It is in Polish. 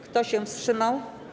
Kto się wstrzymał?